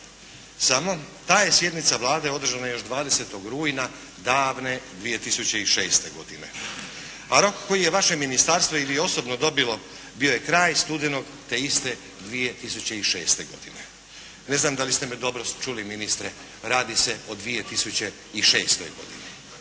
Samo ta je sjednica Vlade održana još 20. rujna davne 2006. godine. A rok koji je vaše ministarstvo i vi osobno dobilo bio je kraj studenog te iste 2006. godine. Ne znam da li ste me dobro čuli ministre, radi se o 2006. godini.